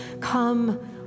come